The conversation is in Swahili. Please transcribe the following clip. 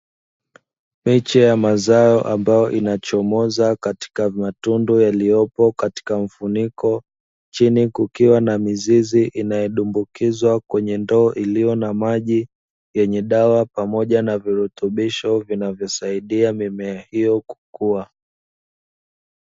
Miche ya mazao ambayo inachomoza katika matundu yaliyopo katika mfuniko, chini kukiwa na mizizi inayodumbukizwa kwenye ndoo iliyo na maji yenye dawa pamoja na virutubisho vinavyosaidia mimea hiyo kukua.